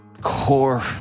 core